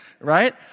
right